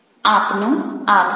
આપનો આભાર